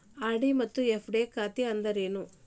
RD ಮತ್ತ FD ಖಾತೆ ಅಂದ್ರೇನು